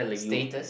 status